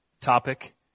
topic